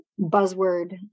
buzzword